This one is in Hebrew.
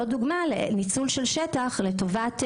השדות הסולריים הם דוגמה לשימוש בשטח לשיפור